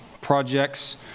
projects